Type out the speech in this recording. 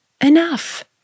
Enough